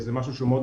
זה משהו שהוא מאוד,